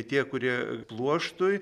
tie kurie pluoštui